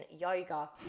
yoga